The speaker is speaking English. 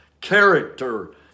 character